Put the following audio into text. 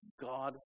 God